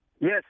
Yes